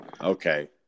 Okay